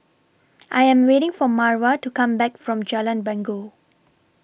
I Am waiting For Marva to Come Back from Jalan Bangau